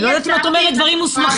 אני לא יודעת אם את אומרת דברים מוסמכים.